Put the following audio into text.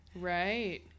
right